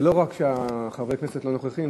זה לא רק שחברי הכנסת לא נוכחים,